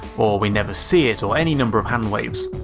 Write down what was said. or we never see it, or any number of handwaves.